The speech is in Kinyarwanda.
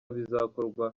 bizakorwa